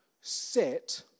set